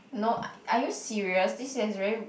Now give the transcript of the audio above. no ar~ are you serious this has very